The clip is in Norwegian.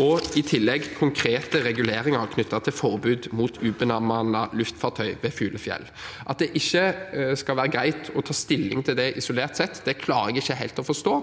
og i tillegg konkrete reguleringer knyttet til forbud mot ubemannede luftfartøy ved fuglefjell. At det ikke skal være greit å ta stilling til det isolert sett, klarer jeg ikke helt å forstå.